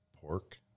pork